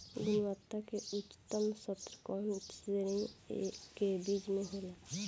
गुणवत्ता क उच्चतम स्तर कउना श्रेणी क बीज मे होला?